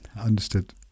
understood